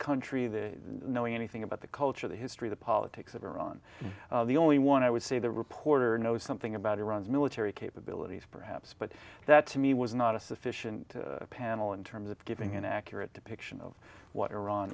country they know anything about the culture the history the politics of iran the only one i would say the reporter knows something about iran's military capabilities perhaps but that to me was not a sufficient panel in terms of giving an accurate depiction of what iran